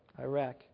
Iraq